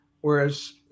Whereas